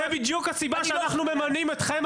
זה בדיוק הסיבה שאנחנו מממנים אתכם,